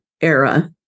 era